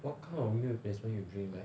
what kind of meal replacement you drink leh